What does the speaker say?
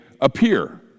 appear